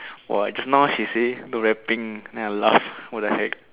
!wah! just now she say she rapping then I laugh what the heck